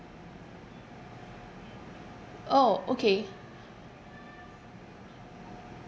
orh okay